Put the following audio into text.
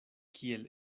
kiel